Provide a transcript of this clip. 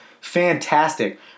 Fantastic